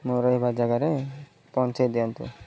ମୋର ରହିବା ଜାଗାରେ ପହଞ୍ଚେଇ ଦିଅନ୍ତୁ